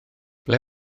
ble